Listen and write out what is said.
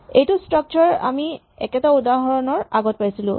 এইটো স্ট্ৰাক্সাৰ আমি একেটা উদাহৰণৰ আগত পাইছিলোঁ